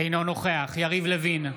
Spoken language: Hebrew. אינו נוכח יריב לוין,